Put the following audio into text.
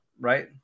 Right